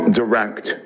direct